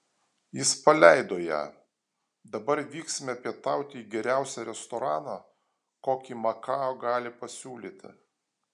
jis paleido ją dabar vyksime pietauti į geriausią restoraną kokį makao gali pasiūlyti